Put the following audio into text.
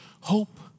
hope